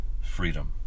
freedom